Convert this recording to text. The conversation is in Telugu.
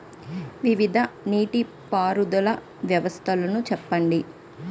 వివిధ నీటి పారుదల వ్యవస్థలను చెప్పండి?